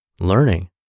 Learning